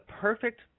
perfect